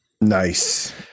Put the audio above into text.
Nice